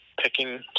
picking